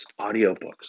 audiobooks